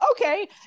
okay